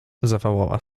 zawołała